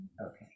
Okay